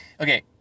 okay